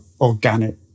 organic